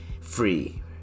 free